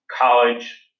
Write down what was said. college